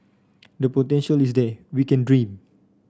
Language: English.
the potential is there we can dream